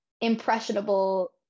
impressionable